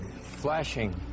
flashing